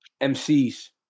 MCs